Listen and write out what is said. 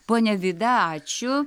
ponia vida ačiū